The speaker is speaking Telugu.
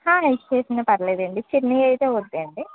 ఇచ్చేసినా పర్లేదండి చిన్నవైతే వద్దండి